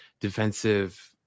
defensive